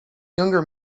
younger